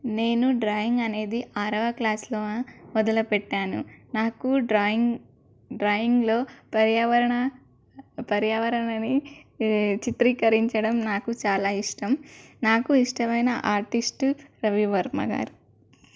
నేను డ్రాయింగ్ అనేది ఆరవ క్లాస్లో మొదలుపెట్టాను నాకు డ్రాయింగ్ డ్రాయింగ్లో పర్యావరణ పర్యావరణాన్ని చిత్రీకరించడం నాకు చాలా ఇష్టం నాకు ఇష్టమైన ఆర్టిస్టు రవివర్మ గారు